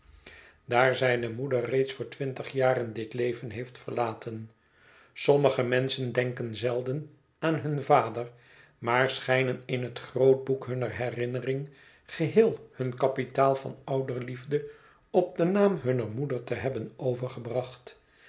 daar zijne moeder reeds voor twintig jaren dit léven heeft verlaten sommige menschen denken zelden aan hun vader maar schijnen in het grootboek hunner herinnering geheel hun kapitaal van ouderliefde op den naam hunner moeder te hebben